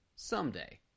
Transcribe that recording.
Someday